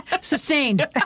Sustained